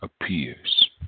Appears